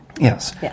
Yes